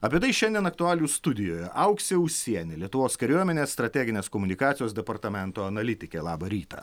apie tai šiandien aktualių studijoje auksė usienė lietuvos kariuomenės strateginės komunikacijos departamento analitikė labą rytą